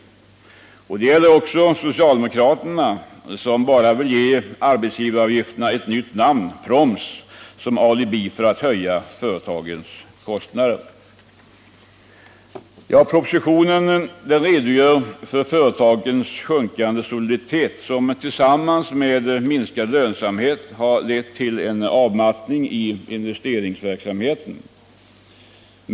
Detta resonemang gäller också socialdemokraterna som bara vill ge arbetsgivaravgifterna ett nytt namn, proms, som alibi för att höja företagens kostnader. I propositionen redogörs för företagens sjunkande soliditet, som tillsammans med en minskning av lönsamheten har lett till en avmattning i investeringsverksamheten.